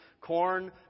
Corn